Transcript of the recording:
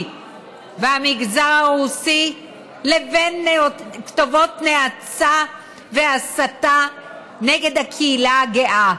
והמגזר הרוסי לבין כתובות נאצה והסתה נגד הקהילה הגאה.